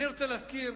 אני רוצה להזכיר